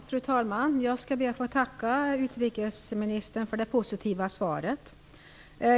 Fru talman! Jag skall be att få tacka utrikesministern för det positiva svaret.